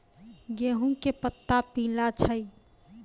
गेहूँ के पत्ता पीला छै?